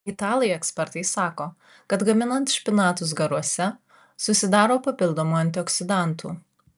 italai ekspertai sako kad gaminant špinatus garuose susidaro papildomų antioksidantų